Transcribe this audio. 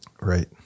Right